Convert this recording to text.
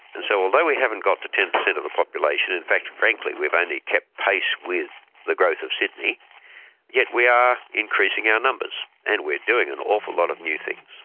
and so although we haven't got to ten per cent of the population in fact frankly we've only kept pace with the growth of sydney yet we are increasing our numbers. and we're doing an awful lot of new things.